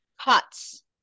cuts